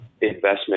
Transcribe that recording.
investment